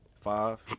five